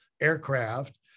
aircraft